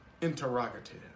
interrogative